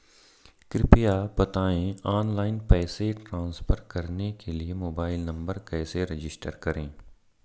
कृपया बताएं ऑनलाइन पैसे ट्रांसफर करने के लिए मोबाइल नंबर कैसे रजिस्टर करें?